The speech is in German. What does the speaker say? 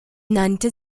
nannte